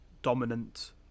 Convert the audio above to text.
Dominant